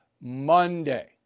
Monday